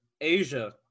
Asia